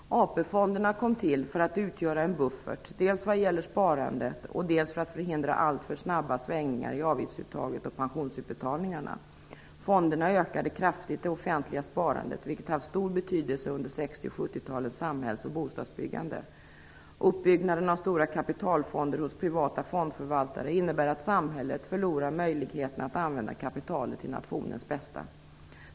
AP-fonderna kom till för att utgöra en buffert, dels vad gäller sparandet, dels för att förhindra alltför snabba svängningar i avgiftsuttaget och pensionsutbetalningarna. Fonderna ökade kraftigt det offentliga sparandet, vilket haft stor betydelse för 60 och 70 talens samhälls och bostadsbyggande. Uppbyggnaden av stora kapitalfonder hos privata fondförvaltare innebär att samhället förlorar möjligheten att använda kapitalet för nationens bästa.